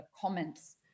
comments